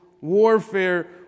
warfare